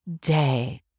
day